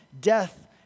death